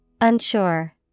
Unsure